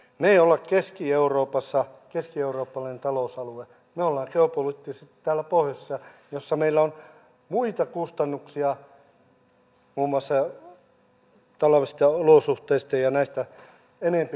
me emme ole keskieurooppalainen talousalue me olemme geopoliittisesti täällä pohjoisessa missä meillä on muita kustannuksia muun muassa talvesta ja olosuhteista ja näistä enempi kuin siellä